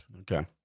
Okay